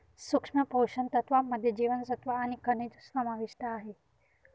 सूक्ष्म पोषण तत्त्वांमध्ये जीवनसत्व आणि खनिजं समाविष्ट आहे